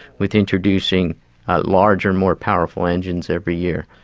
with introducing larger, more powerful engines every year.